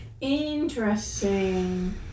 Interesting